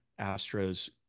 Astros